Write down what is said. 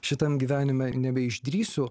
šitam gyvenime nebeišdrįsiu